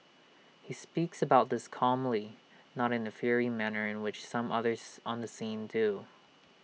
he speaks about this calmly not in the fiery manner in which some others on the scene do